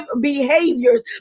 behaviors